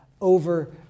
over